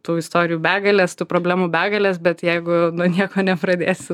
tų istorijų begalės tų problemų begalės bet jeigu nu nieko nepradėsi